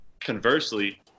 conversely